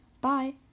Bye